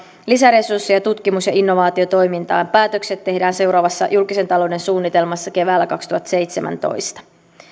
lisäresurssien tutkimus ja innovaatiotoimintaan päätökset tehdään seuraavassa julkisen talouden suunnitelmassa keväällä kaksituhattaseitsemäntoista